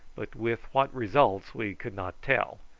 but with what result we could not tell,